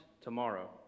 tomorrow